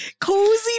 Cozy